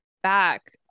back